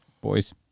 boys